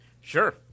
sure